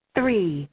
Three